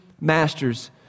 masters